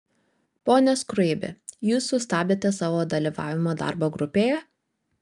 pone skruibi jūs sustabdėte savo dalyvavimą darbo grupėje